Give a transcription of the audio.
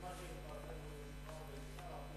לפי מה שהתפרסם הוא שוחרר בעסקה,